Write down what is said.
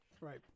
Right